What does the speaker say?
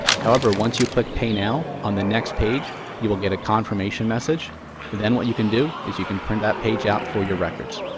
however, once you click pay now, on the next page you'll get a confirmation message and then what you can do is you can print a page out for your records.